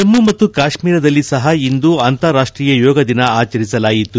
ಜಮ್ನು ಮತ್ತು ಕಾಶೀರದಲ್ಲಿ ಸಹ ಇಂದು ಅಂತಾರಾಷ್ಲೀಯ ಯೋಗ ದಿನ ಆಚರಿಸಲಾಯಿತು